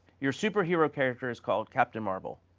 your superhero character is called captain marvel.